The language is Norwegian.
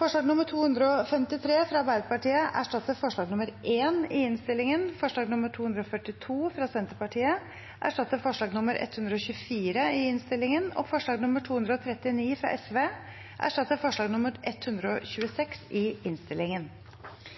Forslag nr. 253, fra Arbeiderpartiet, erstatter forslag nr. 1 i innstillingen. Forslag nr. 242, fra Senterpartiet, erstatter forslag nr. 124 i innstillingen, og forslag nr. 239, fra Sosialistisk Venstreparti, erstatter forslag nr. 126 i innstillingen.